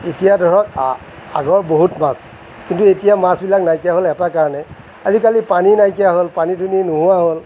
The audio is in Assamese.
এতিয়া ধৰক আগৰ বহুত মাছ কিন্তু এতিয়া মাছবিলাক নাইকিয়া হ'ল এটা কাৰণে আজিকালি পানী নাইকিয়া হ'ল পানী দুনি নোহোৱা হ'ল